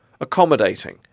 accommodating